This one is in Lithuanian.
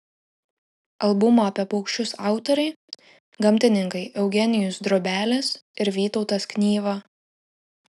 albumo apie paukščius autoriai gamtininkai eugenijus drobelis ir vytautas knyva